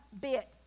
bit